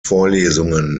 vorlesungen